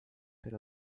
per